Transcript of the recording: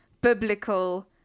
biblical